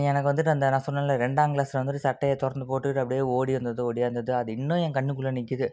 எனக்கு வந்துவிட்டு அந்த நான் சொன்னல ரெண்டாம் கிளாஸில் வந்துவிட்டு சட்டையை திறந்து போட்டுகிட்டு அப்படியே ஓடி வந்தது ஓடியாந்தது அது இன்னும் என் கண்ணுக்குள்ளே நிற்குது